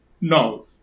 no